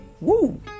Woo